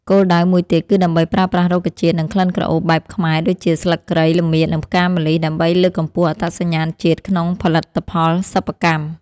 គោលដៅមួយទៀតគឺដើម្បីប្រើប្រាស់រុក្ខជាតិ និងក្លិនក្រអូបបែបខ្មែរដូចជា ស្លឹកគ្រៃ ល្មៀត និងផ្កាម្លិះ ដើម្បីលើកកម្ពស់អត្តសញ្ញាណជាតិក្នុងផលិតផលសិប្បកម្ម។